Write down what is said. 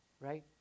right